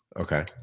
Okay